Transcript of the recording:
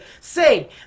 say